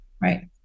Right